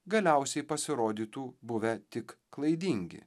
galiausiai pasirodytų buvę tik klaidingi